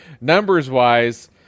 Numbers-wise